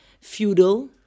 feudal